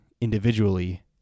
individually